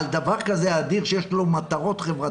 על דבר כזה אדיר שיש לו מטרות חברתיות,